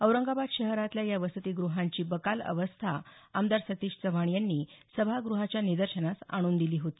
औरंगाबाद शहरातल्या या वसतिगृहांची बकाल अवस्था आमदार सतीश चव्हाण यांनी सभाग्रहाच्या निदर्शनास आणून दिली होती